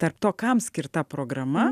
tarp to kam skirta programa